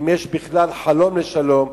ואם יש בכלל חלום לשלום,